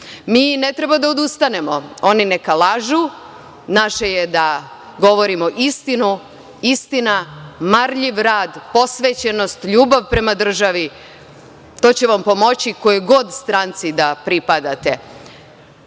ne treba da odustanemo. Oni neka lažu, naše je da govorimo istinu. Istina, marljiv rad, posvećenost, ljubav prema državi, to će vam pomoći kojoj god stranci da